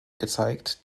gezeigt